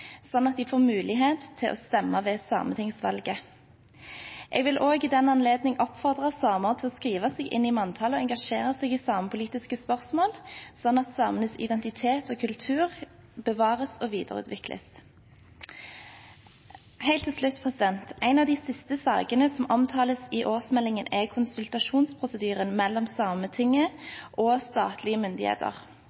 sånn at de får mulighet til å stemme ved sametingsvalget. Jeg vil i den anledning også oppfordre samer til å skrive seg inn i manntallet og engasjere seg i samepolitiske spørsmål, sånn at samenes identitet og kultur bevares og videreutvikles. Helt til slutt: En av de siste sakene som omtales i årsmeldingen, er konsultasjonsprosedyren mellom Sametinget